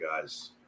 guys